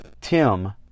Tim